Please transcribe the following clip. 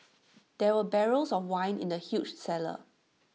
there were barrels of wine in the huge cellar